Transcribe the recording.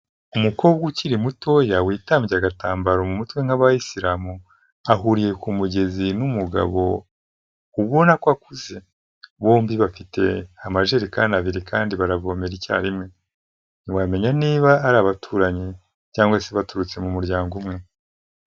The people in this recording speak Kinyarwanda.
Umukobwa ukiri mutoya, witambye agatambaro mu mutwe nk'abayisiramu, ahuriye ku mugezi n'umugabo ubona ko akuze, bombi bafite amajerekani abiri kandi baravomera icyarimwe. Ntiwamenya niba ari abaturanyi cyangwa se baturutse mu muryango umwe.